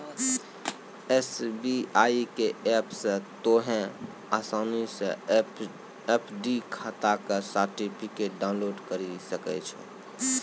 SBI के app से तोंहें असानी से एफ.डी खाता के सर्टिफिकेट डाउनलोड करि सकै छो